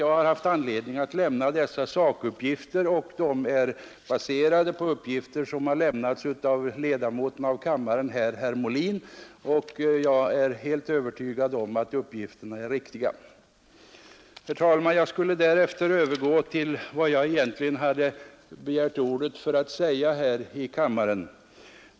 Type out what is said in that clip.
Jag har haft anledning att lämna dessa fakta och de är baserade på uppgifter som lämnats av ledamoten av kammaren herr Molin, Jag är helt övertygad om att dessa uppgifter är riktiga. Jag skall härefter övergå till vad jag egentligen begärt ordet för att säga här i kammaren.